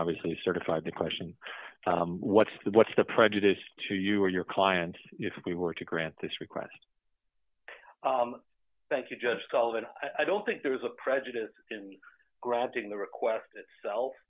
obviously certified the question what's the what's the prejudice to you or your client if we were to grant this request thank you just called and i don't think there's a prejudice in granting the request itself